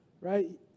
right